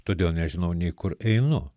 todėl nežinau nei kur einu